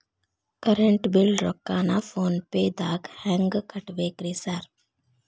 Current bill ರೊಕ್ಕಾನ phone ಪೇದಾಗ ಹೆಂಗ್ ಕಟ್ಟಬೇಕ್ರಿ ಸರ್?